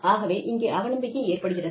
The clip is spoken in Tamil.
ஆகவே இங்கே அவநம்பிக்கை ஏற்படுகிறது